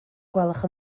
gwelwch